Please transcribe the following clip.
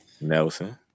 Nelson